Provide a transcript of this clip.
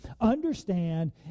Understand